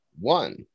one